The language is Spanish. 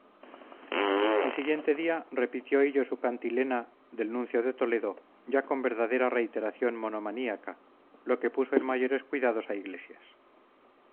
al siguiente día repitió hillo su cantilena del nuncio de toledo ya con verdadera reiteración monomaníaca lo que puso en mayores cuidados a iglesias